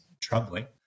troubling